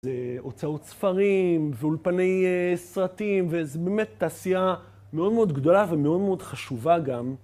זה הוצאות ספרים, ואולפני סרטים, וזה באמת תעשייה מאוד מאוד גדולה ומאוד מאוד חשובה גם.